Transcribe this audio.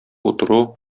утыру